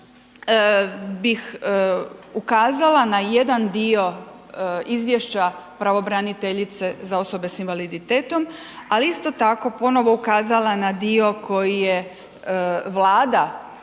Stoga bih ukazala na jedan dio izvješća pravobraniteljice za osobe sa invaliditetom ali isto tako ponovno ukazala na dio koji je Vlada